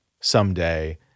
someday